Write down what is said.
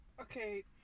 Okay